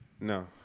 no